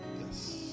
Yes